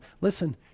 listen